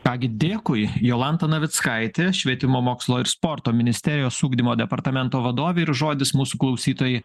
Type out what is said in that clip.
ką gi dėkui jolanta navickaitė švietimo mokslo ir sporto ministerijos ugdymo departamento vadovė ir žodis mūsų klausytojai